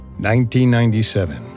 1997